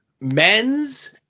Men's